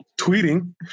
tweeting